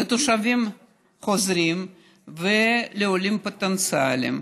לתושבים חוזרים ולעולים פוטנציאליים,